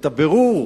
את הבירור,